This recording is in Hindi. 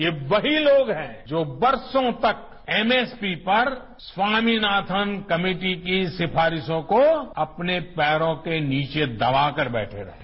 ये वही लोग हैं जो बरसों तक एमएसपी पर स्वामीनाथन कमेटी की इन सिफारिशों को अपने पैरों के नीचे दबाकर बैठे हए थे